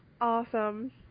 awesome